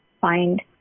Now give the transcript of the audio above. find